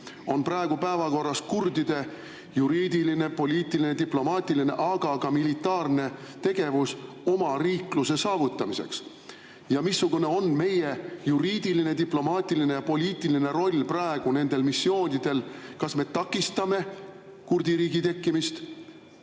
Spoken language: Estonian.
on praegu päevakorral kurdide juriidiline, poliitiline, diplomaatiline, aga ka militaarne tegevus omariikluse saavutamiseks. Ja missugune on meie juriidiline, diplomaatiline ja poliitiline roll praegu nendel missioonidel? Kas me takistame kurdi riigi tekkimist?